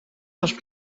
was